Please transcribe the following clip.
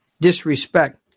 disrespect